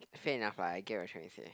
fair enough lah I get what you trying to say